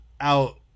out